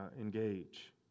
engage